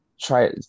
try